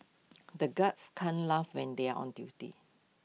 the guards can't laugh when they are on duty